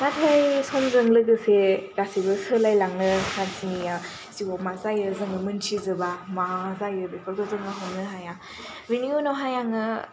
नाथाय समजों लोगोसे गासैबो सोलाय लाङो मानसिनि जिउआव मा जायो जोङो मोनथिजोबा मा जायो बेफोरखौ जों हमनो हाया बेनि उनाव हाय आङो